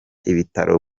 ibitaro